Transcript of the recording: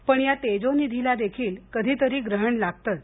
पण या तेजोनिधीला देखील कधीतरी ग्रहण लागतेच